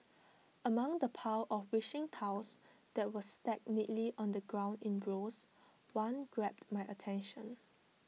among the pile of wishing tiles that were stacked neatly on the ground in rows one grabbed my attention